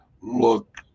look